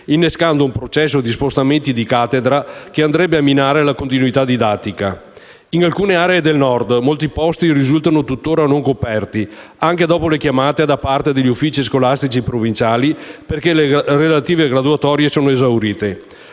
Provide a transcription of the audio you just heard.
innescando un processo di spostamenti di cattedra che andrebbe a minare la continuità didattica. In alcune aree del Nord molti posti risultano tuttora non coperti, anche dopo le chiamate da parte degli uffici scolastici provinciali, perché le relative graduatorie sono esaurite.